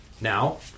Now